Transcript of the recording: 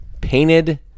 painted